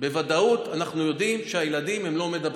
בוודאות אנחנו יודעים שהילדים לא מידבקים.